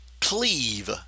cleave